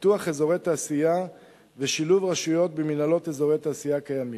פיתוח אזורי תעשייה ושילוב רשויות במינהלות אזורי תעשייה קיימים.